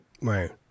Right